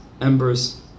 embers